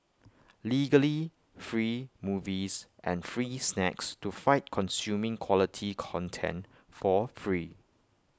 legally free movies and free snacks to fight consuming quality content for free